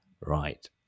Right